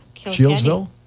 Shieldsville